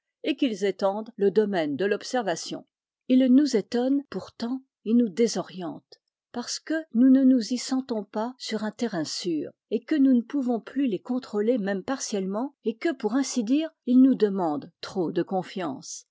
et qu'ils étendent le domaine de l'observation ils nous étonnent pourtant et nous désorientent parce que nous ne nous y sentons pas sur un terrain sûr et que nous ne pouvons plus les contrôler même partiellement et que pour ainsi dire ils nous demandent trop de confiance